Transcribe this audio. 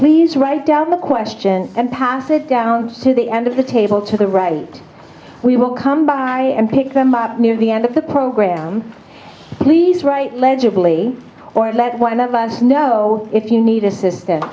please write down the question and pass it down to the end of the table to the right we will come by and pick them up near the end of the program please write legibly or let one of us know if you need assistance